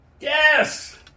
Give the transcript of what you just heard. Yes